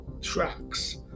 tracks